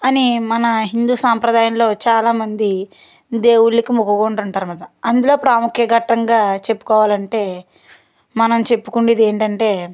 అని మన హిందూ సాంప్రదాయంలో చాలా మంది దేవుళ్లకు ముక్కుకుంటూ ఉంటారు అన్నమాట అందులో ప్రాముఖ్యఘటంగా చెప్పుకోవాలంటే మనం చెప్పుకునేది ఏంటంటే